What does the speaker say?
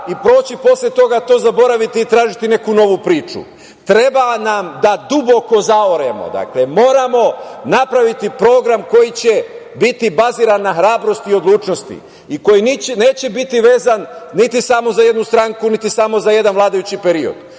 i proći posle toga, to zaboraviti i tražiti neku novu priču. Treba nam da duboko zaoremo. Moramo napraviti program koji će biti baziran na hrabrosti i odlučnosti i koji neće biti vezan samo za jednu stranku, niti za samo jedan vladajući period,